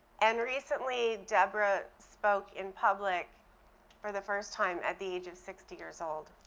and recently, deborah spoke in public for the first time at the age of sixty years old.